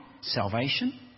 salvation